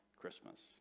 Christmas